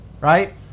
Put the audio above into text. right